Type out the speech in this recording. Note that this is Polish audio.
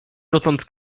dotąd